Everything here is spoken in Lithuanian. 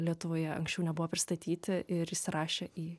lietuvoje anksčiau nebuvo pristatyti ir įsirašė į